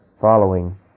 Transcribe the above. following